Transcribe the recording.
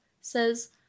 says